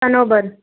બરોબર